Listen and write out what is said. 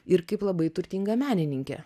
ir kaip labai turtinga menininkė